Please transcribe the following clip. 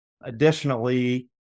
Additionally